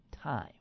time